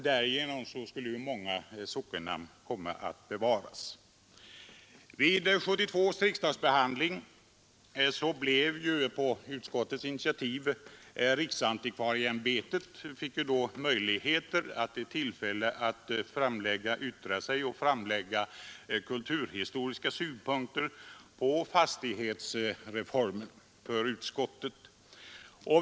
Därigenom kommer många sockennamn att bevaras. Vid 1972 års riksdagsbehandling blev riksantikvarieämbetet på civilutskottets initiativ i tillfälle att för utskottet framlägga kulturhistoriska synpunkter på fastighetsregisterreformen.